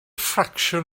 ffracsiwn